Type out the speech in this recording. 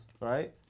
right